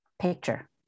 picture